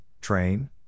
train